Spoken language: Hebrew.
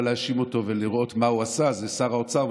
להאשים אותו ולראות מה הוא עשה זה שר האוצר,